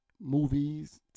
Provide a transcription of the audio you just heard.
movies